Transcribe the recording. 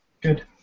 good